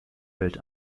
welt